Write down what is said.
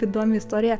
įdomi istorija